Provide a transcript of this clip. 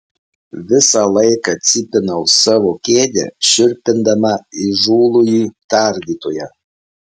visą laiką cypinau savo kėdę šiurpindama įžūlųjį tardytoją